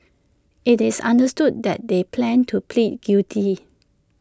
IT is understood that they plan to plead guilty